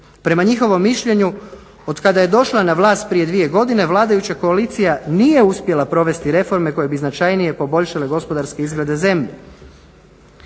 Prema njihovom mišljenju od kada je došla na vlast prije dvije godine vladajuća koalicija nije uspjela provesti reforme koje bi značajnije poboljšale gospodarske izglede zemlje.